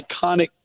iconic